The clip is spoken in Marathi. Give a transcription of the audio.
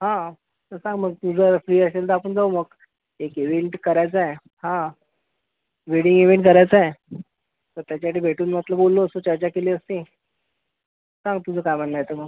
हा तर सांग मग तू जर फ्री अशेल तर आपन जाऊ मग एक इवेंट करायचाय हा वेडिंग इवेंट करायचाय तर त्याच्यासाठी भेटून म्हटलं बोललो असतो चर्चा केली असती सांग तुझं काय म्हननं आहे तर मग